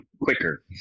quicker